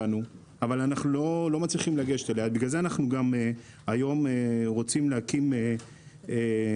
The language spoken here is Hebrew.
בגלל זה אנחנו גם היום רוצים להקים מכון הדרכה שיעזור להם.